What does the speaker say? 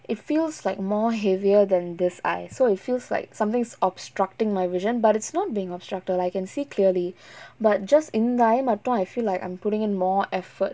it feels like more heavier than this eye so it feels like something is obstructing my vision but it's not being obstructed I can see clearly but just இந்த:intha eye மட்டும்:mattum I feel like I'm putting in more effort